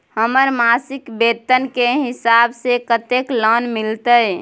हमर मासिक वेतन के हिसाब स कत्ते लोन मिलते?